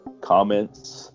Comments